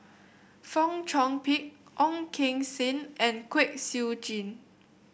Fong Chong Pik Ong Keng Sen and Kwek Siew Jin